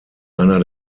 einer